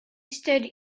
stood